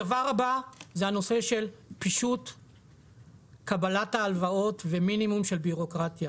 הדבר הבא זה הנושא של פישוט קבלת ההלוואות ומינימום של ביורוקרטיה.